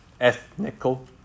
Ethnical